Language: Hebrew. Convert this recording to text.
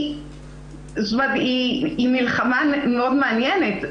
היא מלחמה מאוד מעניינת.